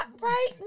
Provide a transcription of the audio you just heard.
right